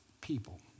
people